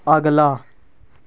ਅਗਲਾ